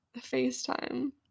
FaceTime